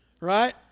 right